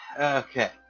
Okay